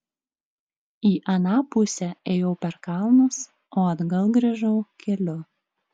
į aną pusę ėjau per kalnus o atgal grįžau keliu